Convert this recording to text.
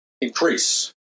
Increase